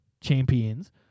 champions